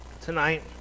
tonight